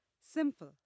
simple